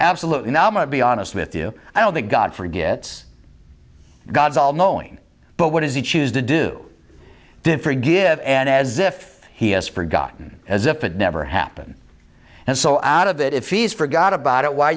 absolutely now might be honest with you i don't think god forgets god's all knowing but what does he choose to do differ give and as if he has forgotten as if it never happen and so out of it if he's forgot about it why